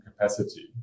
capacity